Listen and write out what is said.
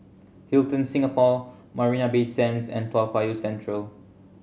Hilton Singapore Marina Bay Sands and Toa Payoh Central